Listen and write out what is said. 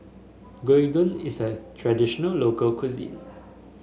gyudon is a traditional local cuisine